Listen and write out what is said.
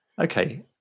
Okay